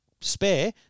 spare